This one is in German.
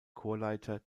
chorleiter